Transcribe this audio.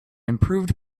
improved